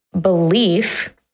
belief